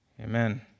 Amen